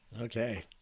okay